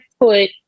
put